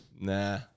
Nah